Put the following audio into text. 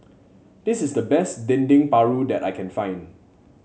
this is the best Dendeng Paru that I can find